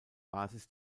basis